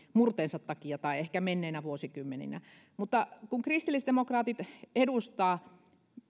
murteensa takia tai ehkä menneinä vuosikymmeninä mutta kun kristillisdemokraatit edustaa